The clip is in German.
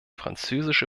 französische